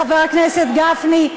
חבר הכנסת גפני,